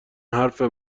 حرفه